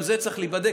גם זה צריך להיבדק,